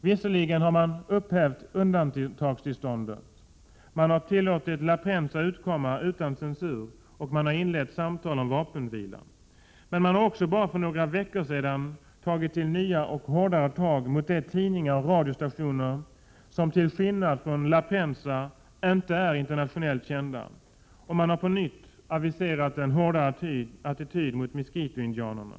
Visserligen har man upphävt undantagstillståndet, tillåtit La Prensa att utkomma utan censur och inlett samtal om vapenvila. Men man har också bara för några veckor sedan tagit nya och hårdare tag mot de tidningar och radiostationer som till skillnad från La Prensa inte är internationellt kända. — Prot. 1987/88:129 Och man har på nytt aviserat en hårdare attityd mot Misquito-indianerna.